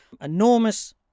enormous